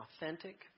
authentic